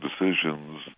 decisions